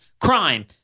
crime